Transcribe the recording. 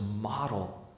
model